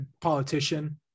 politician